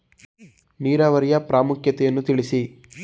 ನೀರಾವರಿಯ ಪ್ರಾಮುಖ್ಯತೆ ಯನ್ನು ತಿಳಿಸಿ?